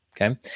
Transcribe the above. Okay